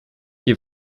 qui